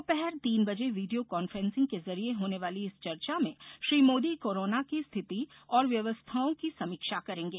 दोपहर तीन बजे वीडियो कांफ्रेंसिंग के जरिए होने वाली इस चर्चा में श्री मोदी कोरोना की स्थिति और व्यवस्थाओं की समीक्षा करेंगे